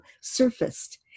surfaced